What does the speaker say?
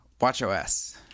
watchOS